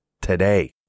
today